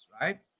Right